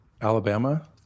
alabama